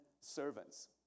servants